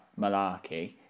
malarkey